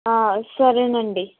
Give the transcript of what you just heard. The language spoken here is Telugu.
సరేనండి